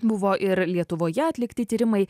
buvo ir lietuvoje atlikti tyrimai